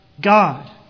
God